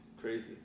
crazy